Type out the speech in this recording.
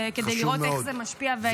כדי לראות איך זה משפיע ואם זה עוזר.